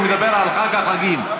הוא מדבר על חג החגים.